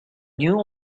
new